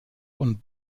und